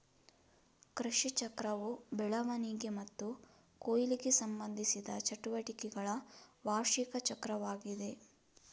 ಕೃಷಿಚಕ್ರವು ಬೆಳವಣಿಗೆ ಮತ್ತು ಕೊಯ್ಲಿಗೆ ಸಂಬಂಧಿಸಿದ ಚಟುವಟಿಕೆಗಳ ವಾರ್ಷಿಕ ಚಕ್ರವಾಗಿದೆ